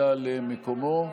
הכנסת רול יגיע למקומו,